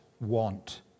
want